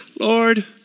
Lord